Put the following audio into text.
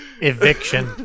eviction